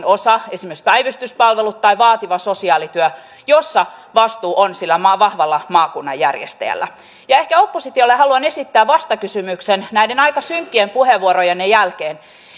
osa esimerkiksi päivystyspalvelut tai vaativa sosiaalityö jossa vastuu on sillä vahvalla maakunnan järjestäjällä ja ehkä oppositiolle haluan esittää vastakysymyksen näiden aika synkkien puheenvuorojenne jälkeen